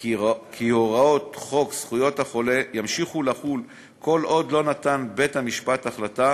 כי הוראות חוק זכויות החולה ימשיכו לחול כל עוד לא נתן בית-המשפט החלטה